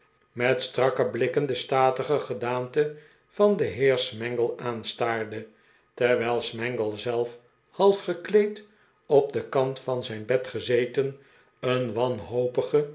met strakke blikken de statige gedaante van den heer smangle aanstaarde terwijl smangle zelf half gekleed op den kant van zijn bed gezeten een wanhopige